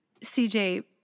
CJ